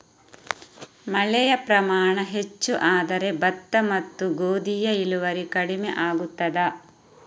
ಮಳೆಯ ಪ್ರಮಾಣ ಹೆಚ್ಚು ಆದರೆ ಭತ್ತ ಮತ್ತು ಗೋಧಿಯ ಇಳುವರಿ ಕಡಿಮೆ ಆಗುತ್ತದಾ?